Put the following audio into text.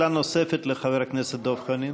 שאלה נוספת לחבר הכנסת דב חנין,